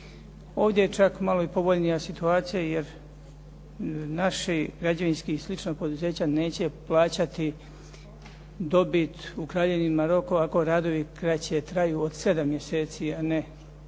Ovdje je čak malo i povoljnija situacija jer naši građevinski i slična poduzeća neće plaćati dobit u Kraljevini Maroko ako radovi kraće traju od 7 mjeseci a ne od